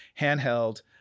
handheld